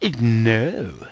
No